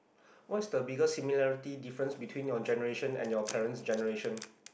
what's the biggest similarity difference between your generation and your parents' generation